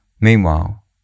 Meanwhile